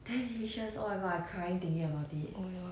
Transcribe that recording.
oh